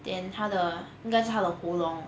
then 他的应该是他的喉咙